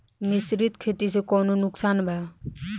मिश्रित खेती से कौनो नुकसान बा?